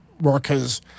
workers